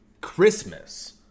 Christmas